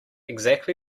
exactly